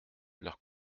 leur